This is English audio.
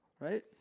right